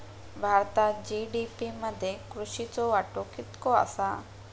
भारतात जी.डी.पी मध्ये कृषीचो वाटो कितको आसा?